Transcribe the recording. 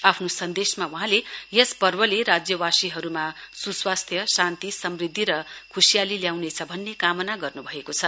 आफ्नो सन्देशमा वहाँहरुले यस पर्वले राज्यवासीहरुमा सुस्वास्थ्य शान्ति समृध्दि र खुशीयाली ल्याउनेछ भन्ने कामना गर्नुभएको छ